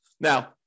Now